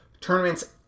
tournaments